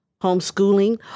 homeschooling